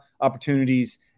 opportunities